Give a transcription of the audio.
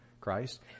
Christ